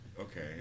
Okay